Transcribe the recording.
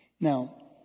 Now